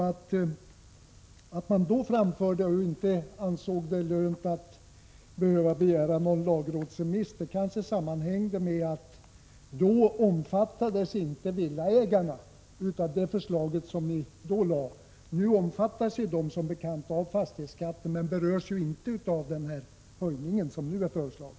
Att man då inte ansåg det lönt att begära någon lagrådsremiss kanske sammanhängde med att det förslaget inte omfattade villaägarna. Nu omfattas de som bekant av fastighetsskatten men berörs inte av den föreslagna höjningen.